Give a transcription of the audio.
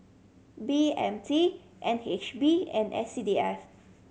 B M T N H B and S C D F